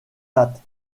date